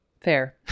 Fair